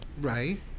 Right